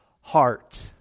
heart